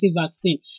vaccine